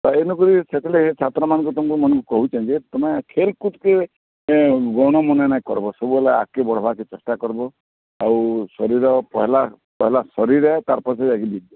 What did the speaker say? ଏ ଏଇନେ ପୁରି ସେଥିଲାଗି ଛାତ୍ରମାନେ ତୁମମାନଙ୍କୁ କହୁଛନ୍ ଯେ ତୁମେ ଖେଲ୍କୁଦ୍କେ ଏ ଗଣମନେନା କରବ୍ ସବୁ ହେଲା ଆଗ୍କେ ବଢ଼ବାକେ ଚେଷ୍ଟା କରବ୍ ଆଉ ଶରୀର୍ ପହେଲା ପହେଲା ଶରୀର୍ ତା' ପଛକୁ ଯାଇକି ବିଦ୍ୟା